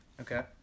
Okay